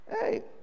Hey